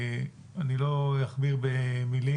אני לא אכביר במילים.